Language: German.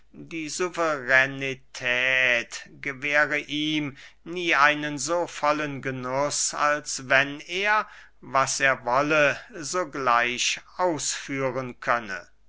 die suveränität gewähre ihm nie einen so vollen genuß als wenn er was er wolle sogleich ausführen könne